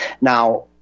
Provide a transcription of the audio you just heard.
Now